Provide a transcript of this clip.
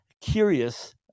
curious